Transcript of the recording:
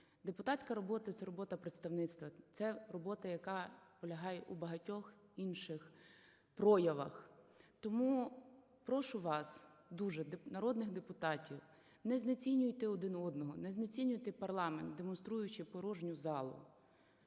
Депутатська робота – це робота представництва, це робота, яка полягає у багатьох інших проявах. Тому прошу вас дуже, народних депутатів: не знецінюйте один одного; не знецінюйте парламент, демонструючи порожню залу